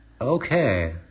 Okay